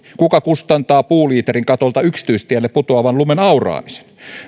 kuka kustantaa puuliiterin katolta yksityistielle putoavan lumen auraamisen